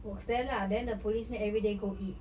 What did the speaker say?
works there lah then the policeman everyday go eat